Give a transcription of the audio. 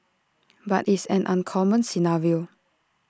but it's an uncommon scenario